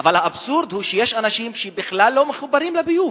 אבל האבסורד הוא שיש אנשים שבכלל לא מחוברים לביוב.